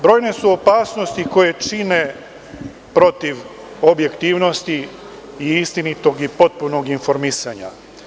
Brojne su opasnosti koje čine protiv objektivnosti i istinitog i potpunog informisanja.